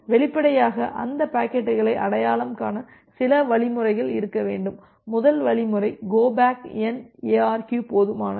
வெளிப்படையாக அந்த பாக்கெட்டுகளை அடையாளம் காண சில வழிமுறைகள் இருக்க வேண்டும் முதல் வழிமுறை கோ பேக் என் எஆர்கியு போதுமானது